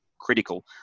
critical